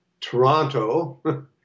Toronto